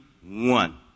one